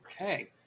Okay